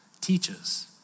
teaches